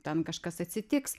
ten kažkas atsitiks